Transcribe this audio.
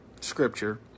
scripture